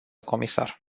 comisar